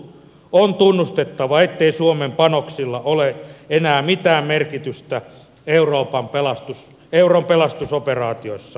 on tunnustettava ettei suomen panoksilla ole enää mitään merkitystä euron pelastusoperaatiossa